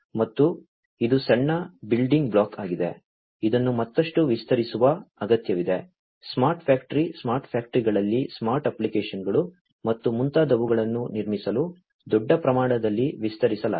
ಮತ್ತು ಇದು ಸಣ್ಣ ಬಿಲ್ಡಿಂಗ್ ಬ್ಲಾಕ್ ಆಗಿದೆ ಇದನ್ನು ಮತ್ತಷ್ಟು ವಿಸ್ತರಿಸುವ ಅಗತ್ಯವಿದೆ ಸ್ಮಾರ್ಟ್ ಫ್ಯಾಕ್ಟರಿಗಳು ಸ್ಮಾರ್ಟ್ ಫ್ಯಾಕ್ಟರಿಗಳಲ್ಲಿ ಸ್ಮಾರ್ಟ್ ಅಪ್ಲಿಕೇಶನ್ಗಳು ಮತ್ತು ಮುಂತಾದವುಗಳನ್ನು ನಿರ್ಮಿಸಲು ದೊಡ್ಡ ಪ್ರಮಾಣದಲ್ಲಿ ವಿಸ್ತರಿಸಲಾಗಿದೆ